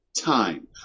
time